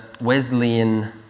Wesleyan